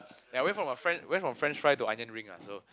eh I went from my french went from french fry to onion ring ah so